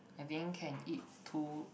at the end can eat two